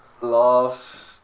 Last